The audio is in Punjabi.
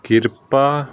ਕਿਰਪਾ